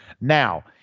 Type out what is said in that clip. Now